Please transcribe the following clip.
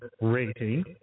rating